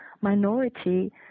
Minority